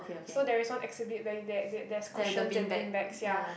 so there is one exhibit where there there there's cushions and beanbags ya